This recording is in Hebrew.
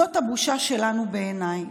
זאת הבושה שלנו, בעיניי.